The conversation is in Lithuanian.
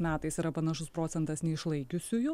metais yra panašus procentas neišlaikiusiųjų